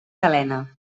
galena